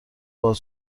باهات